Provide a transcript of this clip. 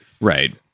Right